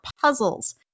puzzles